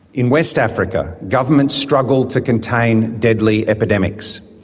in west africa, governments struggle to contain deadly epidemics.